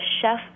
chef